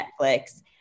Netflix